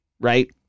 right